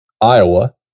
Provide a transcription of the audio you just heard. Iowa